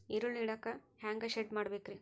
ಈರುಳ್ಳಿ ಇಡಾಕ ಹ್ಯಾಂಗ ಶೆಡ್ ಮಾಡಬೇಕ್ರೇ?